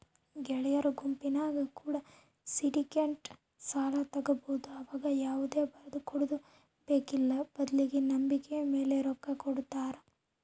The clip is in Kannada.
ಗೆಳೆಯರ ಗುಂಪಿನ್ಯಾಗ ಕೂಡ ಸಿಂಡಿಕೇಟೆಡ್ ಸಾಲ ತಗಬೊದು ಆವಗ ಯಾವುದೇ ಬರದಕೊಡದು ಬೇಕ್ಕಿಲ್ಲ ಬದ್ಲಿಗೆ ನಂಬಿಕೆಮೇಲೆ ರೊಕ್ಕ ಕೊಡುತ್ತಾರ